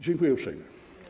Dziękuję uprzejmie.